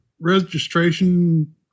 registration